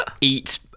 eat